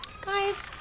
Guys